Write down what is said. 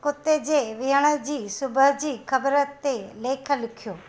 कुते जे वेहण जी सुबुह जी ख़बर ते लेखु लिखियो